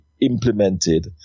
implemented